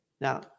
Now